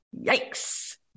Yikes